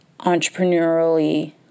entrepreneurially